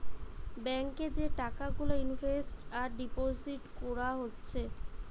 bank এ যে টাকা গুলা ইনভেস্ট আর ডিপোজিট কোরা হচ্ছে